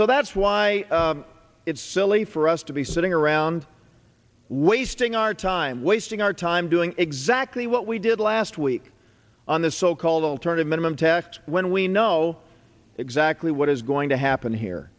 so that's why it's silly for us to be sitting around wasting our time wasting our time doing exactly what we did last week on the so called alternative minimum tax when we know exactly what is going to happen here